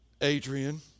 Adrian